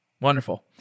Wonderful